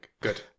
Good